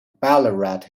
ballarat